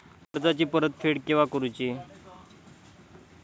कर्जाची परत फेड केव्हा करुची?